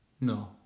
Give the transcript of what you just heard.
No